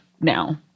now